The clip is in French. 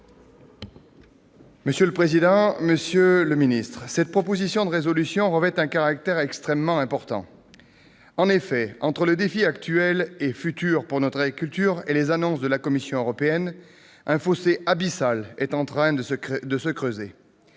Monsieur le président, monsieur le ministre, mes chers collègues, cette proposition de résolution européenne revêt un caractère extrêmement important, puisque, entre les défis actuels et futurs pour notre agriculture et les annonces de la Commission européenne, un fossé abyssal est en train de se creuser.